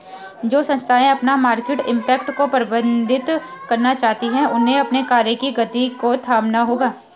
जो संस्थाएं अपना मार्केट इम्पैक्ट को प्रबंधित करना चाहती हैं उन्हें अपने कार्य की गति को थामना होगा